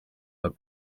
that